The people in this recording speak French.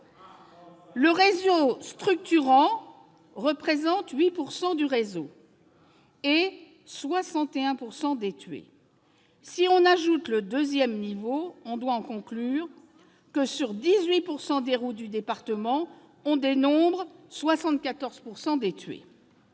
le réseau structurant représente 8 % du réseau et 61 % des tués. Si on ajoute le deuxième niveau, sur 18 % des routes du département on dénombre 74 % des tués.